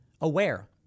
aware